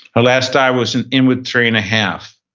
her last dive was an inward three and a half.